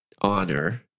honor